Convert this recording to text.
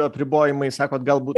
apribojimai sakot galbūt